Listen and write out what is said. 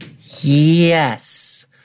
Yes